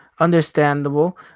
understandable